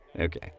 Okay